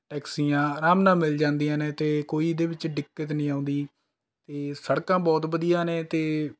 ਟੈਕਸੀਆਂ ਅਰਾਮ ਨਾਲ ਮਿਲ ਜਾਂਦੀਆਂ ਨੇ ਅਤੇ ਕੋਈ ਇਹਦੇ ਵਿੱਚ ਦਿੱਕਤ ਨਹੀਂ ਆਉਂਦੀ ਅਤੇ ਸੜਕਾਂ ਬਹੁਤ ਵਧੀਆ ਨੇ ਅਤੇ